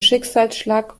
schicksalsschlag